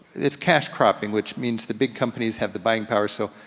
it's cash cropping, which means the big companies have the buying power, so,